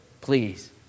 Please